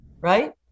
right